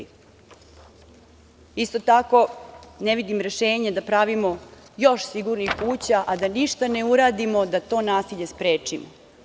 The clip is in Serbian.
Isto tako, ne vidim rešenje da pravimo još sigurnih kuća a da ništa ne uradimo da to nasilje sprečimo.